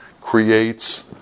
creates